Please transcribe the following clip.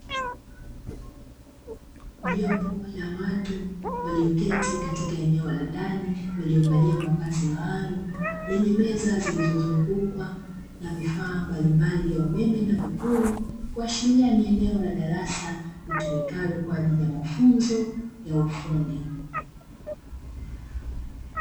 Jopo la watu walioketi katika eneo la ndani waliovalia mavazi malumu lenye meza zilizozungukwa na vifaa mbalimbali vya umeme na vipuri, kuashiria ni eneo la darasa litumikalo kwa ajili ya mafunzo ya ufundi.